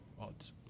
odds